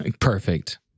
Perfect